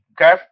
okay